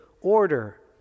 order